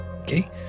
Okay